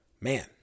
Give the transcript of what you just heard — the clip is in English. Man